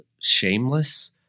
Shameless